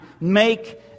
make